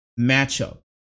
matchup